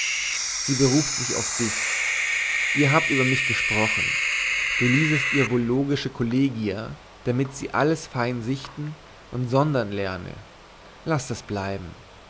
sie beruft sich auf dich ihr habt über mich gesprochen du liesest ihr wohl logische kollegia damit sie alles fein sichten und sondern lerne laß das bleiben